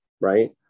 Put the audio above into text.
right